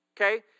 Okay